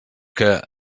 que